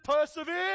persevere